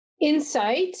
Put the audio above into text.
insight